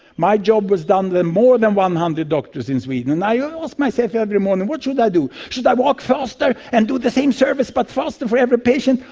my job was done by more than one hundred doctors in sweden. and i ah asked myself every morning, what should i do? should i work faster and do the same service but faster for every patient?